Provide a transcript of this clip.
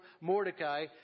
Mordecai